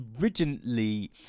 originally